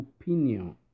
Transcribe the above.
opinion